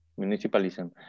municipalism